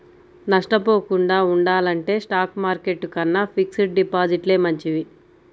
నష్టపోకుండా ఉండాలంటే stock market కన్నా ఫిక్స్డ్ డిపాజిట్లే మంచివి